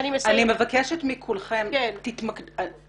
אני מבקשת מכולכם להתמקד בהפניית שאלות לאורחים ולקצר.